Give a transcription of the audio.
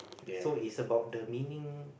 so it's about the meaning